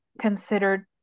considered